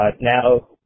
now